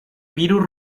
virus